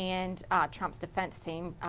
and trump's defense team,